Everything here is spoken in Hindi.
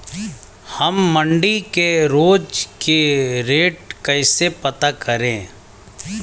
हम मंडी के रोज के रेट कैसे पता करें?